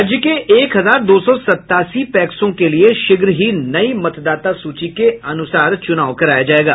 राज्य के एक हजार दो सौ सत्तासी पैक्सों के लिए शीघ्रहि नई मतदाता सूची के अनुसार चुनाव कराया जायेगा